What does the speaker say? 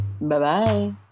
Bye-bye